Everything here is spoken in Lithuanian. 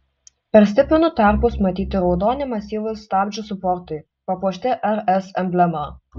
per stipinų tarpus matyti raudoni masyvūs stabdžių suportai papuošti rs emblema